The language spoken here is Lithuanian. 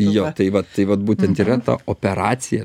jo tai vat tai vat būtent yra ta operacija